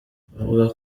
bavuga